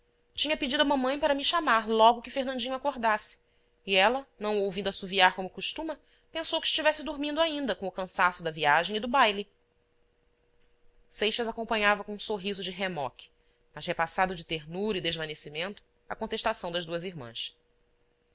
tinha pedido a mamãe para me chamar logo que fernandinho acordasse e ela não o ouvindo assoviar como costuma pensou que estivesse dormindo ainda com o cansaço da viagem e do baile seixas acompanhava com um sorriso de remoque mas repassado de ternura e desvanecimento a contestação das duas irmãs